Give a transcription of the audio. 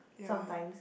sometimes